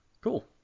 Cool